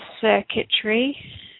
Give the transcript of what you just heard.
circuitry